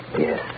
Yes